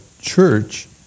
church